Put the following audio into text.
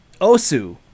Osu